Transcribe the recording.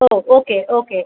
O okay okay